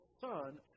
Son